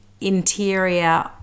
interior